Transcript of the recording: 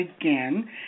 again